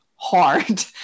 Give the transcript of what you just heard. hard